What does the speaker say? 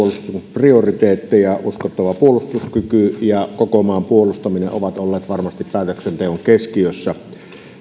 prioriteetteja uskottava puolustuskyky ja koko maan puolustaminen ovat olleet varmasti päätöksenteon keskiössä